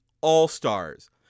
All-Stars